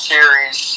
Series